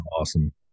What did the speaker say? awesome